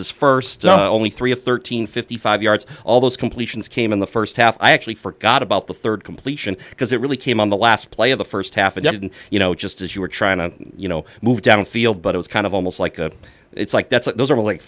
this first only three of thirteen fifty five yards all those completions came in the first half i actually forgot about the third completion because it really came on the last play of the first half and you know just as you were trying to you know move downfield but it was kind of almost like a it's like that's what those are like